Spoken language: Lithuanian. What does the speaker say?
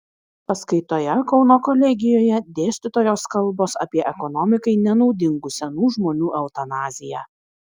paskaitoje kauno kolegijoje dėstytojos kalbos apie ekonomikai nenaudingų senų žmonių eutanaziją